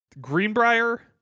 Greenbrier